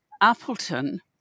Appleton